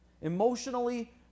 emotionally